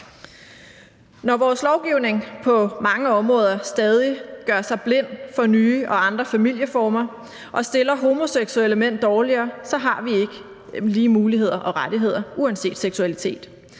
Når vores lovgivning på mange områder stadig gør sig blind for nye og andre familieformer og stiller homoseksuelle mænd dårligere, så har vi ikke lige muligheder og rettigheder uanset seksualitet.